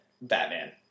Batman